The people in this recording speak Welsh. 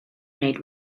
wneud